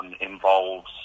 Involves